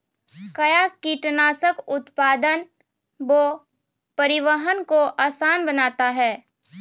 कया कीटनासक उत्पादन व परिवहन को आसान बनता हैं?